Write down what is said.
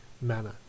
manner